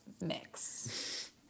mix